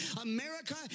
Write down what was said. America